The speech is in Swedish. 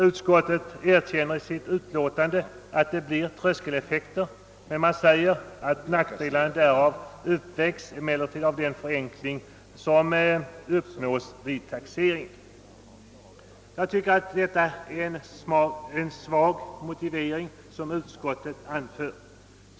Utskottet erkänner i sitt utlåtande att det blir en tröskeleffekt men anser att nackdelarna härav uppvägs av den förenkling som därigenom uppnås vid taxeringen. Det är en svag motivering som utskottet anför.